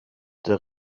der